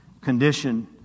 condition